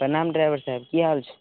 प्रणाम ड्राइभर साहेब की हाल छै